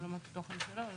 לעולמות התוכן שלו.